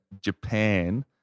Japan